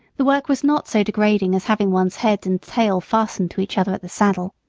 the work was not so degrading as having one's head and tail fastened to each other at the saddle.